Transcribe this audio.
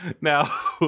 Now